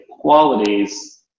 qualities